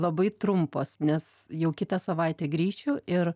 labai trumpos nes jau kitą savaitę grįšiu ir